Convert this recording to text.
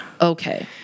Okay